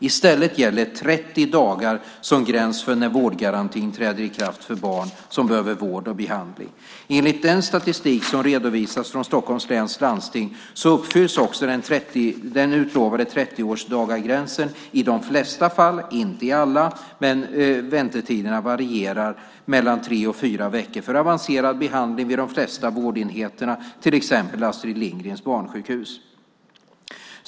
I stället gäller 30 dagar som gräns för när vårdgarantin träder i kraft för barn som behöver vård och behandling. Enligt den statistik som redovisas från Stockholms läns landsting uppfylls också den utlovade 30-dagarsgränsen i de flesta fall men inte i alla. Väntetiderna varierar mellan tre och fyra veckor för avancerad behandling vid de flesta vårdenheter, till exempel Astrid Lindgrens Barnsjukhus.